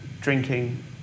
drinking